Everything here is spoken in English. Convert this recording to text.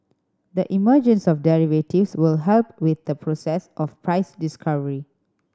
the emergence of derivatives will help with the process of price discovery